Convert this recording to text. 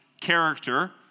character